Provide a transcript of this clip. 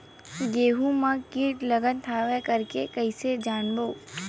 गेहूं म कीट लगत हवय करके कइसे जानबो?